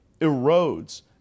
erodes